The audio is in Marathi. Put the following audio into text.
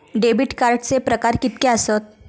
डेबिट कार्डचे प्रकार कीतके आसत?